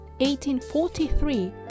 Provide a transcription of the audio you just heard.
1843